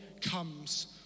comes